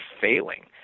failing